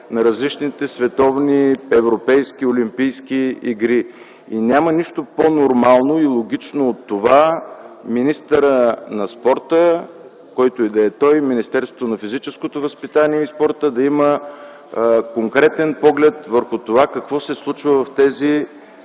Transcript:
на различните световни, европейски и олимпийски игри. Няма нищо по-нормално и логично от това министърът на спорта, който и да е той, Министерството на физическото възпитание и спорта да има конкретен поглед върху това какво се случва в тези